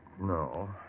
No